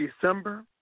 December